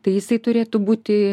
tai jisai turėtų būti